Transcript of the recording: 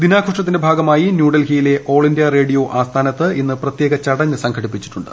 ദിനാഘോഷത്തിന്റെ ഭാഗമായി ന്യൂഡൽഹിയിരുല്ല ഓൾ ഇന്ത്യ റേഡിയോ ആസ്ഥാനത്ത് ഇന്ന് പ്രത്യേക ചടങ്ങ് സംഘടിപ്പിച്ചിട്ടുണ്ട്